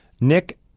Nick –